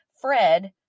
Fred